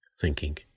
thinking